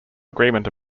agreement